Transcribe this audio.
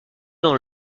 dans